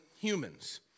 humans